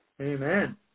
Amen